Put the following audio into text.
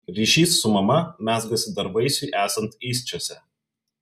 ryšys su mama mezgasi dar vaisiui esant įsčiose